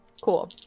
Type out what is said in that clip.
Cool